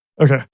Okay